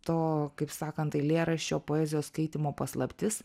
to kaip sakant eilėraščio poezijos skaitymo paslaptis